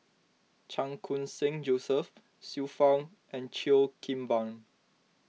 Chan Khun Sing Joseph Xiu Fang and Cheo Kim Ban